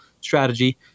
strategy